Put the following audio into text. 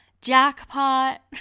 Jackpot